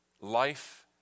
life